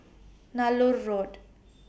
Nallur Road